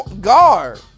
guard